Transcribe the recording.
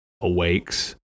awakes